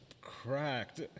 cracked